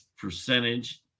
percentage